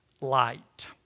light